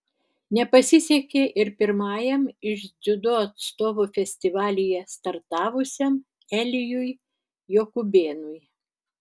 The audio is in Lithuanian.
nepasisekė ir pirmajam iš dziudo atstovų festivalyje startavusiam elijui jokubėnui